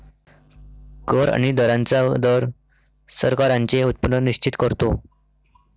कर आणि दरांचा दर सरकारांचे उत्पन्न निश्चित करतो